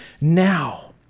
now